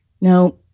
Now